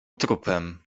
trupem